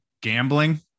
gambling